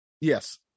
Yes